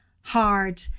hard